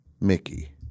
Mickey